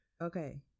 Okay